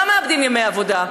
לא מאבדים ימי עבודה.